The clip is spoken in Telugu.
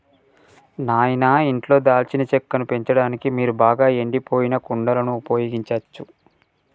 నాయిన ఇంట్లో దాల్చిన చెక్కను పెంచడానికి మీరు బాగా ఎండిపోయిన కుండలను ఉపయోగించచ్చు